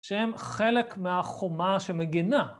שהם חלק מהחומה שמגנה.